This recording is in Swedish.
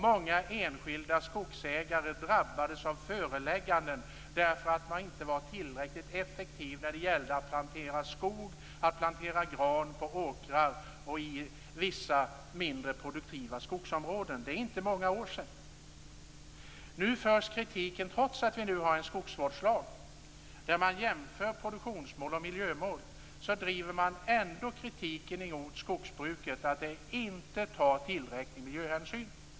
Många enskilda skogsägare drabbades av förelägganden därför att de inte var tillräckligt effektiva när det gällde att plantera skog, att plantera gran på åkrar och i vissa mindre produktiva skogsområden. Det är inte många år sedan. Trots att vi nu har en skogsvårdslag där man jämför produktionsmål och miljömål driver man ändå kritiken mot skogsbruket att det inte tar tillräcklig miljöhänsyn.